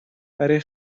برای